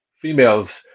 females